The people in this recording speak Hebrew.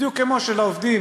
בדיוק כמו שלעובדים